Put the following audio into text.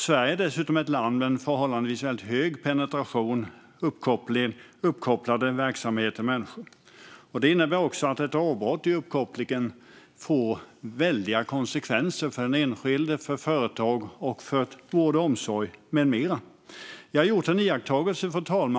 Sverige är dessutom ett land med en förhållandevis hög penetration och många uppkopplade verksamheter och människor. Det innebär också att avbrott i uppkopplingen får väldiga konsekvenser för den enskilde, för företag, för vård och omsorg med mera. Fru talman! Jag har gjort en iakttagelse.